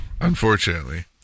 Unfortunately